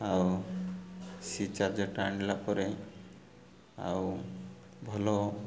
ଆଉ ସେ ଚାର୍ଜରଟା ଆଣିଲା ପରେ ଆଉ ଭଲ